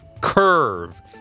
curve